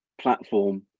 platform